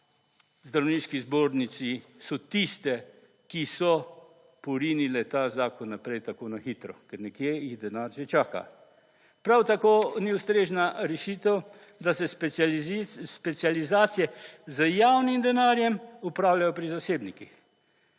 zdravniški zbornici so tiste, ki so porinile ta zakon naprej tako na hitro, ker nekje jih denar že čaka. Prav tako ni ustrezna rešitev, da se specializacije z javnim denarjem opravljajo pri zasebnikih.